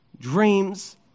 dreams